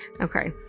Okay